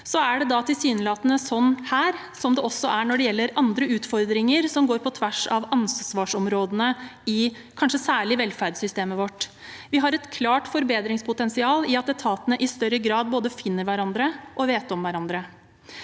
er det tilsynelatende sånn her som det også er når det gjelder andre utfordringer som går på tvers av ansvarsområdene i kanskje særlig velferdssystemet vårt. Vi har et klart forbedringspotensial i at etatene i større grad både finner hverandre og vet om hverandre.